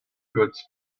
goods